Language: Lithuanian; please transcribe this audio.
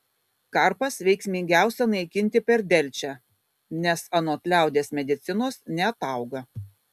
karpas veiksmingiausia naikinti per delčią nes anot liaudies medicinos neatauga